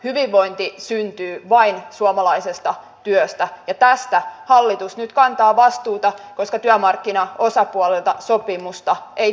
hyvinvointi syntyy vain suomalaisesta työstä ja tästä hallitus nyt kantaa vastuuta koska työmarkkinaosapuolilta sopimusta ei tullut